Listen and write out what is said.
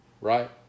Right